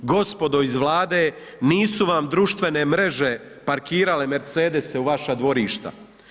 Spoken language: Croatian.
Gospodo iz vlade, nisu vam društvene mreže parkirale Mercedese u vaša dvorišta.